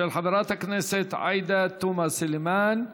של חברת הכנסת עאידה תומא סלימאן,